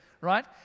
right